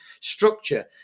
structure